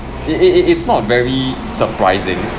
it it it it's not very surprising